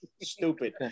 Stupid